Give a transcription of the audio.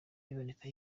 biboneka